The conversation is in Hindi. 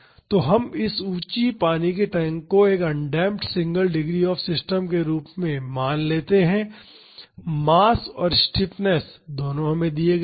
तो हम इस ऊंचे पानी के टैंक को एक undamped single degree of freedom system के रूप में मान सकते हैं मास और स्टिफनेस दोनों हमें दिए गए है